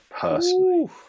personally